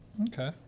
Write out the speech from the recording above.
Okay